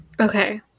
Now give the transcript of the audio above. Okay